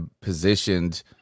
positioned